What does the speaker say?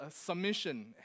submission